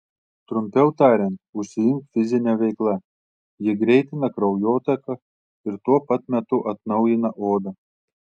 trumpiau tariant užsiimk fizine veikla ji greitina kraujotaką ir tuo pat metu atnaujina odą